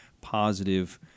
positive